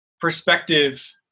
perspective